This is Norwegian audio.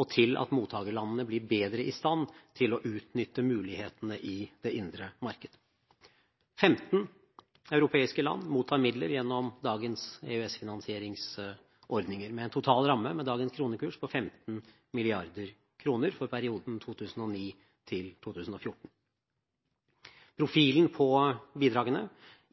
og til at mottakerlandene blir bedre i stand til å utnytte mulighetene i det indre marked. 15 europeiske land mottar midler gjennom dagens EØS-finansieringsordninger med en total ramme – med dagens kronekurs – på 15 mrd. kr for perioden 2009–2014. Profilen på bidragene